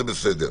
זה בסדר,